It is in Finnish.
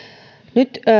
nyt